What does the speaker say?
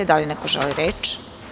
Da li neko želi reč?